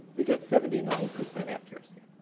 we get seventy nine percent accuracy.